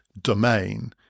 domain